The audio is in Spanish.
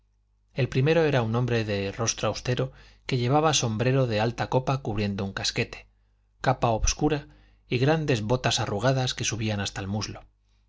el primero era un hombre de rostro austero que llevaba sombrero de alta copa cubriendo un casquete capa obscura y grandes botas arrugadas que subían hasta el muslo